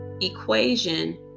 equation